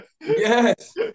yes